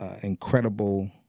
incredible